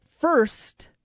First